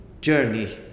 journey